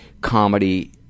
comedy